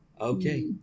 Okay